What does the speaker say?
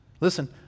listen